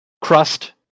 crust